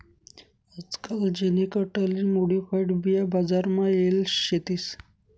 आजकाल genetically modified बिया बजार मा येल शेतीस